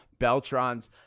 Beltrons